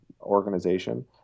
organization